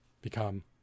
become